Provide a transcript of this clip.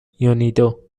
یونیدو